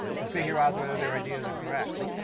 to figure out whether their ideas are correct.